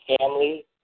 family